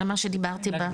על מה שדיברתי פה.